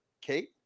Kate